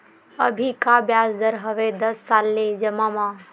अभी का ब्याज दर हवे दस साल ले जमा मा?